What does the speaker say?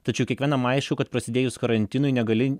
tačiau kiekvienam aišku kad prasidėjus karantinui negali